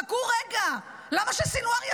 חכו רגע, למה שסנוואר יסכים?